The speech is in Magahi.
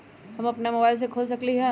हम अपना मोबाइल से खोल सकली ह?